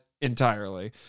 entirely